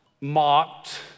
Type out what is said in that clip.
mocked